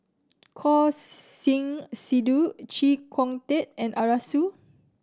Choor Singh Sidhu Chee Kong Tet and Arasu